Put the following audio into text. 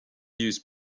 use